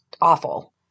awful